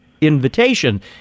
invitation